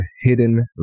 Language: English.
hidden